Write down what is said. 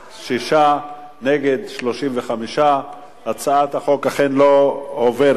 26, נגד, 35. הצעת החוק אכן לא עוברת.